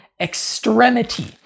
extremity